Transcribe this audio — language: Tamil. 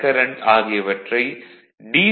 கரண்ட் ஆகியவற்றை டி